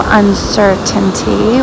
uncertainty